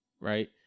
right